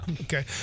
Okay